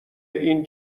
این